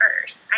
first